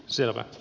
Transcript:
selvä